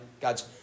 God's